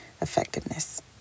effectiveness